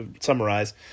summarize